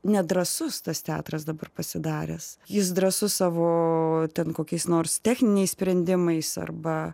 nedrąsus tas teatras dabar pasidaręs jis drąsus savo ten kokiais nors techniniais sprendimais arba